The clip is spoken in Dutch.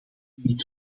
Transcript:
niet